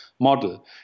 model